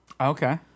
Okay